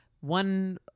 One